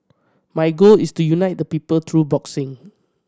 my goal is to unite the people through boxing